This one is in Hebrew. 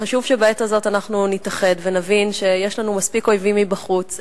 חשוב שבעת הזאת אנחנו נתאחד ונבין שיש לנו מספיק אויבים מבחוץ.